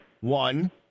one